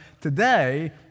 today